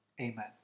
amen